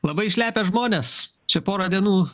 labai išlepę žmonės čia porą dienų